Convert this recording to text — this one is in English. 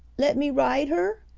let me ride her?